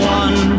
one